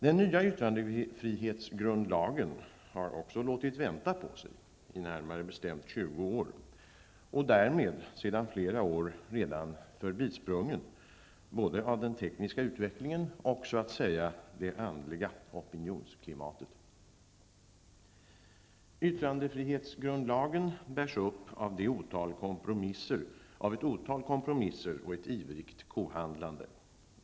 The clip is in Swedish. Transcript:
Den nya yttrandefrihetsgrundlagen har också låtit vänta på sig, i närmare bestämt 20 år, och den är därmed sedan flera år redan förbisprungen både av den tekniska utvecklingen och så att säga av det andliga opinionsklimatet. Yttrandefrihetsgrundlagen bärs upp av ett otal kompromisser och ett ivrigt kohandlande.